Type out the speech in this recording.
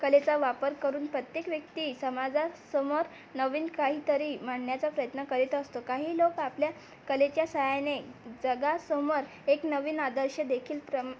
कलेचा वापर करून प्रत्येक व्यक्ती समाजासमोर नवीन काहीतरी मांडण्याचा प्रयत्न करीत असतो काही लोक आपल्या कलेच्या साहाय्याने जगासमोर एक नवीन आदर्श देखील प्रम्